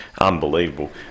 unbelievable